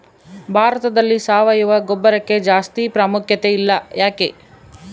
ಭಾರತದಲ್ಲಿ ಸಾವಯವ ಗೊಬ್ಬರಕ್ಕೆ ಜಾಸ್ತಿ ಪ್ರಾಮುಖ್ಯತೆ ಇಲ್ಲ ಯಾಕೆ?